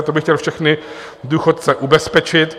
To bych chtěl všechny důchodce ubezpečit.